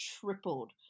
tripled